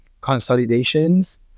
consolidations